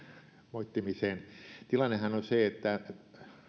moittimiseen tilannehan on se että